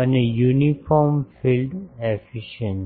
અને uniform field efficiency